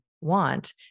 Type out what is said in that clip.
want